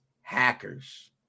hackers